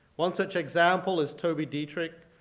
one such example is toby dittrich,